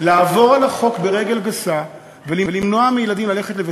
לעבור על החוק ברגל גסה ולמנוע מילדים ללכת לבית-הספר.